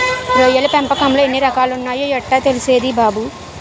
రొయ్యల పెంపకంలో ఎన్ని రకాలున్నాయో యెట్టా తెల్సుద్ది బాబూ?